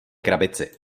krabici